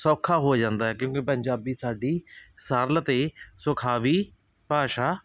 ਸੌਖਾ ਹੋ ਜਾਂਦਾ ਕਿਉਂਕਿ ਪੰਜਾਬੀ ਸਾਡੀ ਸਰਲ ਅਤੇ ਸੁਖਾਵੀਂ ਭਾਸ਼ਾ